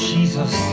Jesus